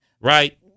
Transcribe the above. right